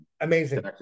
amazing